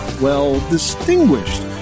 well-distinguished